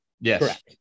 Yes